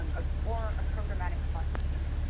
um ah or a programmatic costs change.